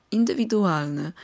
indywidualny